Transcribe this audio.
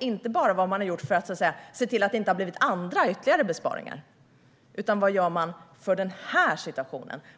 inte bara vad Vänsterpartiet gjort för att se till att det inte blivit andra, ytterligare besparingar, utan vad man gör för denna situation.